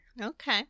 Okay